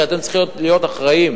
כי אתם צריכים להיות אחראים.